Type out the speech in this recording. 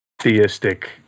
theistic